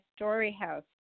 Storyhouse